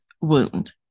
wound